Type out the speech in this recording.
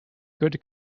good